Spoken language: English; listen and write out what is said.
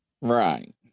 right